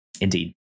Indeed